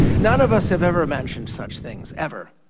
none of us have ever mentioned such things, ever.